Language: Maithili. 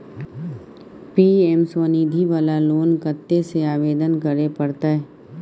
पी.एम स्वनिधि वाला लोन कत्ते से आवेदन करे परतै?